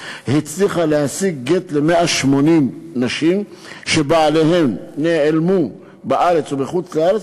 הצליחה להשיג גט ל-180 נשים שבעליהן נעלמו בארץ או בחוץ-לארץ,